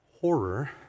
horror